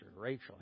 Rachel